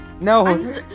No